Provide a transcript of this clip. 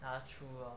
ya true